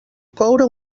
coure